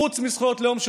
חוץ מזכויות לאום,